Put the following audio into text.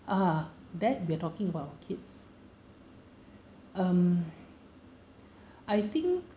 ah that we are talking about our kids um I think